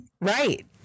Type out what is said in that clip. right